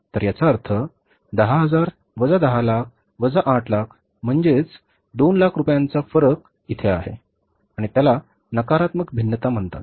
तर याचा अर्थ 10000 वजा दहा लाख वजा आठ लाख म्हणजे दोन लाख रुपयांचा फरक आहे आणि त्याला नकारात्मक भिन्नता म्हणतात